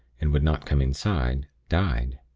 and would not come inside, died.